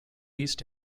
east